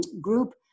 group